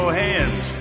hands